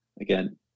again